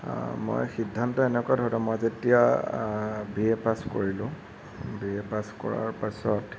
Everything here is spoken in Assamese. মই সিদ্ধান্ত এনেকুৱা ধৰক মই যেতিয়া বি এ পাছ কৰিলোঁ বি এ পাছ কৰাৰ পাছত